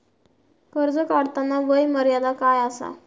कर्ज काढताना वय मर्यादा काय आसा?